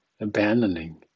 Abandoning